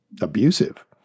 abusive